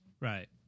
Right